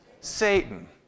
Satan